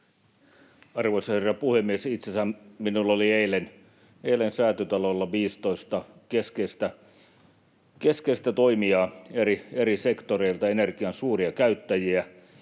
Arvoisa herra puhemies! Itse asiassa minulla oli eilen Säätytalolla viisitoista keskeistä toimijaa eri sektoreilta, energian suuria käyttäjiä